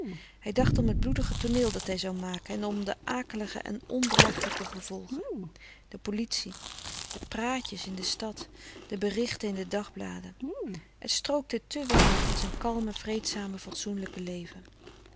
hij dacht om het bloedige tooneel dat hij zou maken en om al de akelige en ondragelijke gevolgen de politie de praatjes in de stad de berichten in de dagbladen het strookte te weinig met zijn kalme vreedzame fatsoenlijke leven